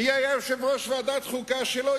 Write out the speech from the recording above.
מי היה יושב-ראש ועדת החוקה שלו?